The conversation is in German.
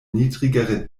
niedrigere